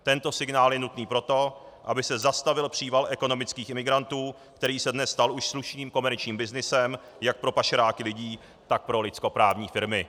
Tento signál je nutný proto, aby se zastavil příval ekonomických imigrantů, který se dnes stal už slušným komerčním byznysem jak pro pašeráky lidí, tak pro lidskoprávní firmy.